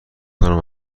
کنم